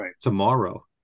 tomorrow